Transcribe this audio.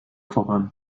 voran